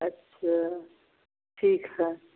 अच्छा ठीक है